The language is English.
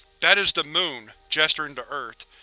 that is the moon, gesturing to earth.